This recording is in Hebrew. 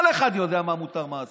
כל אחד יודע מה מותר ומה אסור.